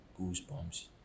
goosebumps